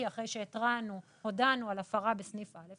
אחרי שהתרענו והודענו על הפרה בסניף א',